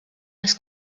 das